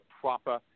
proper